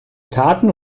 taten